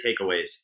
takeaways